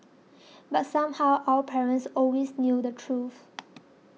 but somehow our parents always knew the truth